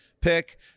pick